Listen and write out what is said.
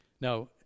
Now